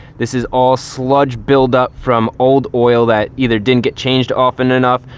this is all sludge buildup from old oil that either didn't get changed often enough,